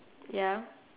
ya